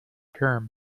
term